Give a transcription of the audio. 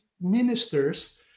ministers